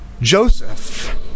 Joseph